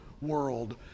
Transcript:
world